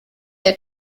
der